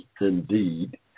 indeed